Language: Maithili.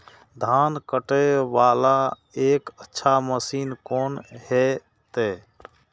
धान कटे वाला एक अच्छा मशीन कोन है ते?